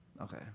Okay